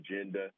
agenda